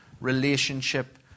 relationship